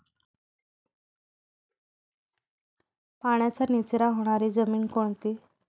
पाण्याचा निचरा होणारी जमीन कोणती?